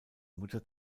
mutter